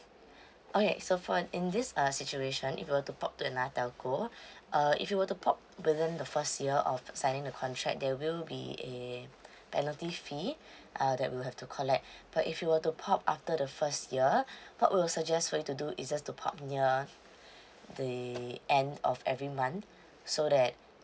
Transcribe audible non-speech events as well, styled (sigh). okay so for in this uh situation if you were port to another telco (breath) uh if you were to port within the first year of signing the contract there will be a penalty fee uh that we'll have to collect but if you were to port after the first year what we'll suggest for you to do is just to port near the end of every month so that